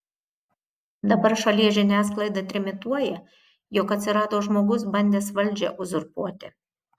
dabar šalies žiniasklaida trimituoja jog atsirado žmogus bandęs valdžią uzurpuoti